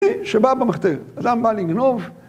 שבא במחתרת, אדם בא לגנוב